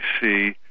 see